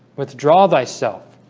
withdraw thyself,